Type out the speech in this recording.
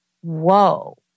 whoa